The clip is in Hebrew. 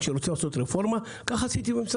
כשרציתי לעשות רה-ארגון במשרד,